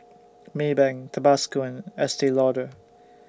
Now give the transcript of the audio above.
Maybank Tabasco and Estee Lauder